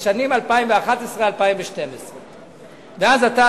לשנים 2011 2012. ואז אתה,